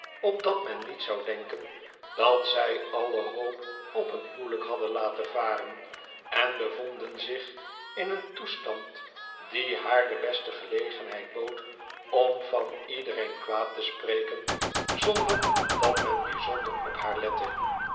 opdat men niet zou denken dat zij alle hoop op een huwelijk hadden laten varen en bevonden zich in een toestand die haar de beste gelegenheid bood om van iedereen kwaad te spreken zonder dat men bijzonder op haar lette